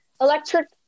Electric